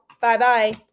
Bye-bye